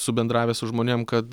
subendravę su žmonėm kad